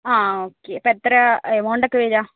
ആ ഒക്കെ അപ്പോൾ എത്രയാണ് എമൗണ്ട് ഒക്കെ വരിക